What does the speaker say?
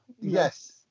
Yes